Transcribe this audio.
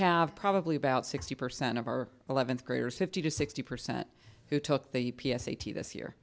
have probably about sixty percent of our eleventh graders fifty to sixty percent who took the p s a t this year